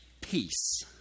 peace